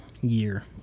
year